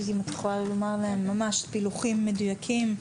ממש פילוחים מדויקים.